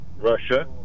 Russia